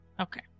Okay